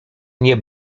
nie